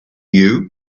you